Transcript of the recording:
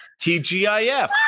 TGIF